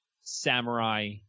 samurai